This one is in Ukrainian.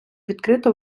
відкрито